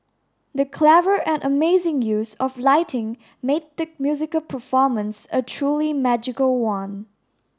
the clever and amazing use of lighting made the musical performance a truly magical one